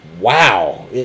wow